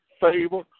favor